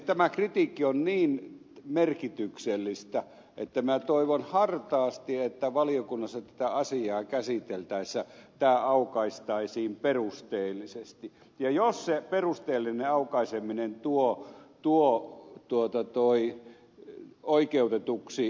tämä kritiikki on niin merkityksellistä että minä toivon hartaasti että valiokunnassa tätä asiaa käsiteltäessä tämä aukaistaisiin perusteellisesti ja jos se perusteellinen aukaiseminen tuo oikeutetuksi ed